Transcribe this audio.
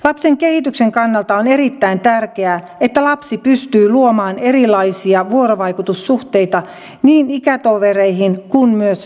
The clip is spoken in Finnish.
lapsen kehityksen kannalta on erittäin tärkeää että lapsi pystyy luomaan erilaisia vuorovaikutussuhteita niin ikätovereihin kuin myös aikuisiin